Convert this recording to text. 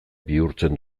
bihurtzen